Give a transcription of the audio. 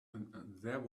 there